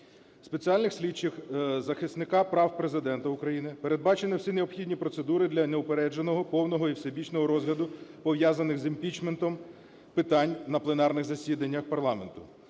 спеціальних слідчих, захисника прав Президента України. Передбачені всі необхідні процедури для неупередженого, повного і всебічного розгляду пов'язаних з імпічментом питань на пленарних засіданнях парламенту,